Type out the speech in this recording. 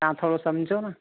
तव्हां थोड़ो सम्झो न